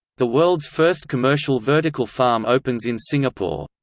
the world's first commercial vertical farm opens in singapore.